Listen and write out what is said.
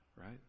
right